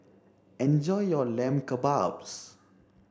enjoy your lamb kebabs